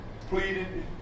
pleaded